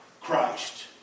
Christ